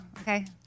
Okay